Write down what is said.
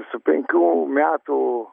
su penkių metų